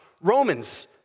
Romans